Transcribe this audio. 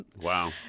Wow